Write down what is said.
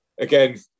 Again